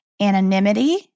anonymity